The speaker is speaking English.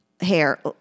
hair